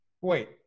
Wait